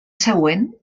següent